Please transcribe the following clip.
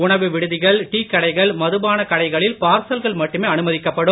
உணவு விடுதிகள் டீக்கடைகள் மதுபானக்கடைகளில் பார்சல்கள் மட்டுமே அனுமதிக்கப்படும்